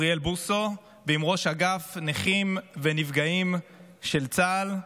אוריאל בוסו ועם ראש אגף נכים ונפגעים של צה"ל.